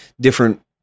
different